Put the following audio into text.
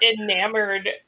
enamored